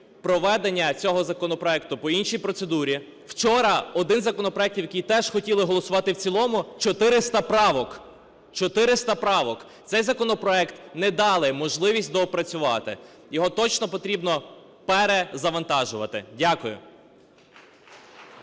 проведення цього законопроекту по іншій процедурі. Вчора один законопроект, який теж хотіли голосувати в цілому, 400 правок, 400 правок. Цей законопроект не дали можливість доопрацювати, його точно потрібно перезавантажувати. Дякую.